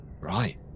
Right